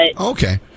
okay